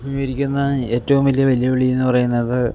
അഭിമുഖീകരിക്കുന്ന ഏറ്റവും വലിയ വെല്ലുവിളിയെന്നു പറയുന്നത്